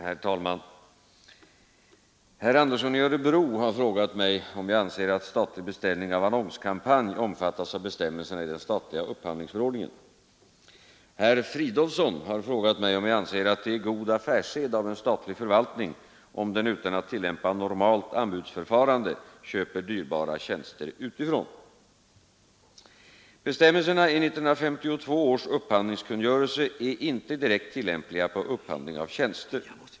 Herr talman! Herr Andersson i Örebro har frågat mig om jag anser att statlig beställning av annonskampanj omfattas av bestämmelserna i den statliga upphandlingsförordningen. Herr Fridolfsson i Stockholm har frågat mig om jag anser att det är god affärssed av en statlig förvaltning om den utan att tillämpa normalt anbudsförfarande köper dyrbara tjänster utifrån. Bestämmelserna i 1952 års upphandlingskungörelse är inte direkt tillämpliga på upphandling av tjänster.